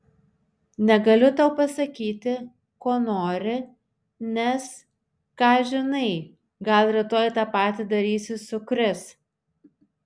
negaliu tau pasakyti ko nori nes ką žinai gal rytoj tą patį darysi su kris